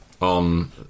on